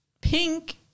pink